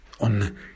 on